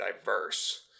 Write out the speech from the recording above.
diverse